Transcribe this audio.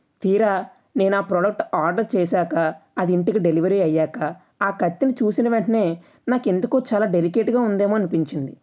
తీరా నేను ఆ ప్రోడక్ట్ ఆర్డర్ చేశాక అది ఇంటికి డెలివరీ అయ్యాక ఆ కత్తిని చూసిన వెంటనే నాకెందుకో చాలా డెలికేట్గా ఉందేమో అనిపించింది